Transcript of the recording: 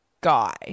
guy